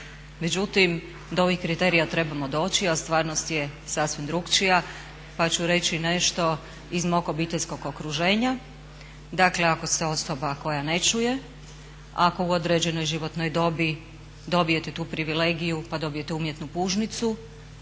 međutim do ovih kriterija trebamo doći, a stvarnost je sasvim drukčija, pa ću reći nešto iz mog obiteljskog okruženja. Dakle, ako se osoba koja ne čuje, ako u određenoj životnoj dobi dobijete tu privilegiju pa dobijete umjetnu pužnicu